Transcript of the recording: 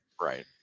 right